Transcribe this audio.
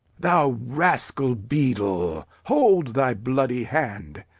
thou rascal beadle, hold thy bloody hand!